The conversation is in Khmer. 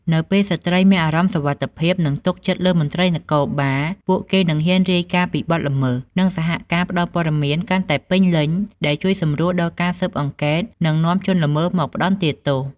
នៅពេលស្ត្រីមានអារម្មណ៍សុវត្ថិភាព និងទុកចិត្តលើមន្ត្រីនគរបាល ពួកគេនឹងហ៊ានរាយការណ៍ពីបទល្មើស និងសហការផ្តល់ព័ត៌មានកាន់តែពេញលេញដែលជួយសម្រួលដល់ការស៊ើបអង្កេត និងនាំជនល្មើសមកផ្តន្ទាទោស។